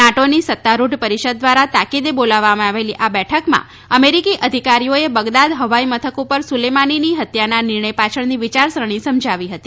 નાટોની સત્તારૃઢ પરિષદ દ્વારા તાકીદે બોલાવવામાં આવેલી આ બેઠકમાં અમેરિકી અધિકારીઓએ બગદાદ હવાઇ મથક પર સુલેમાનીની હત્યાના નિર્ણય પાછળની વિચારસરણી સમજાવી હતી